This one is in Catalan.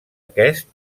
aquest